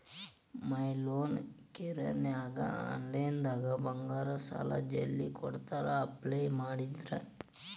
ಮೈ loan ಕೇರನ್ಯಾಗ ಆನ್ಲೈನ್ನ್ಯಾಗ ಬಂಗಾರ ಸಾಲಾ ಜಲ್ದಿ ಕೊಡ್ತಾರಾ ಅಪ್ಲೈ ಮಾಡಿದ್ರ